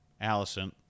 Allison